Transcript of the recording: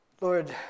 Lord